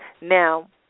Now